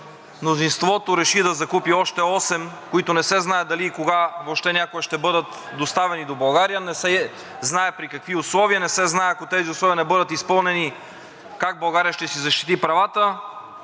Мнозинството реши да закупи още 8, за които не се знае дали и кога въобще някога ще бъдат доставени до България, не се знае при какви условия и не се знае, ако тези условия не бъдат изпълнени, как България ще си защити правата.